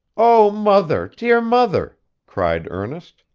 o mother, dear mother cried ernest,